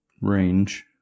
range